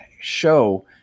show